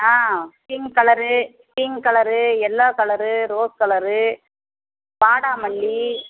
ஆ pink colour pink colour yellow colour rose colour வாடாமல்லி